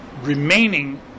remaining